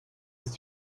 ist